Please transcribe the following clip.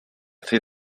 fait